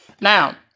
Now